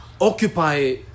occupy